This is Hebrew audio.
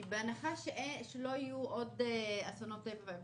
בהנחה שלא יהיו עוד אסונות טבע,